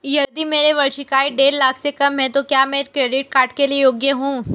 यदि मेरी वार्षिक आय देढ़ लाख से कम है तो क्या मैं क्रेडिट कार्ड के लिए योग्य हूँ?